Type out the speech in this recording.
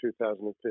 2015